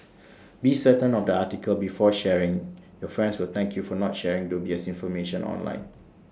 be certain of the article before sharing your friends will thank you for not sharing dubious information online